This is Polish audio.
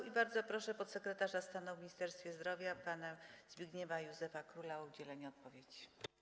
I bardzo proszę podsekretarza stanu w Ministerstwie Zdrowia pana Zbigniewa Józefa Króla o udzielenie odpowiedzi.